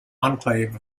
exclave